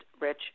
Rich